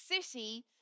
city